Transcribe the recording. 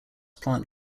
plant